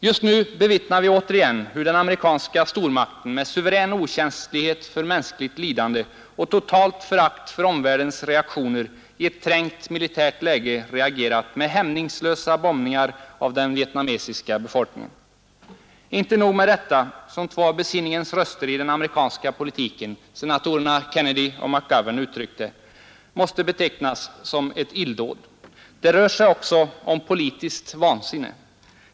Just nu bevittnar vi återigen hur den amerikanska stormakten med suverän okänslighet för mänskligt lidande och totalt förakt för omvärldens reaktioner i ett trängt militärt läge reagerat med hämningslösa bombningar av den vietnamesiska befolkningen. Inte nog med att detta — som två av besinningens röster i den amerikanska politiken, senatorerna Kennedy och McGovern, uttryckt det — måste betecknas som ett illdåd. Det rör sig också om politiskt vansinne.